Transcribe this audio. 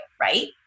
Right